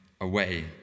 away